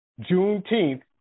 Juneteenth